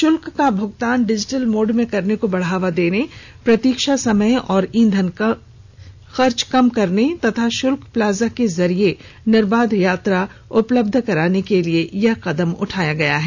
शुल्क का भूगतान डिजिटल मोड में करने को बढ़ावा देने प्रतीक्षा समय और ईंधन खर्च कम करने तथा शुल्क प्लाजा के जरिये निर्बाध यात्रा उपलब्ध कराने के लिए यह कदम उठाया गया है